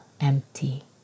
Empty